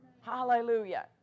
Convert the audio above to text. Hallelujah